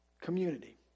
Community